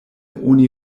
oni